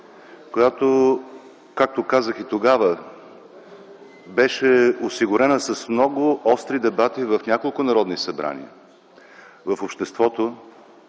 която, както казах и тогава, беше осигурена с много остри дебати в няколко народни събрания, в обществото.